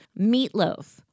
meatloaf